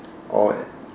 all at